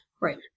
right